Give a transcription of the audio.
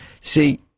See